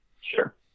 Sure